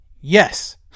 Yes